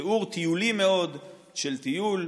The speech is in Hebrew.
תיאור טיולי מאוד, של טיול.